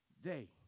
day